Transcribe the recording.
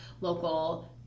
local